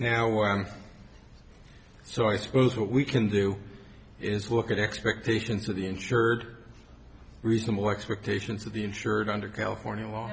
now i'm so i suppose what we can do is look at expectations of the insured reasonable expectations of the insured under california law